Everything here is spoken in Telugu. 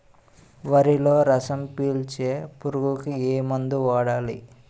వరిలో రసం పీల్చే పురుగుకి ఏ మందు వాడాలి?